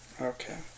Okay